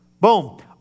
Boom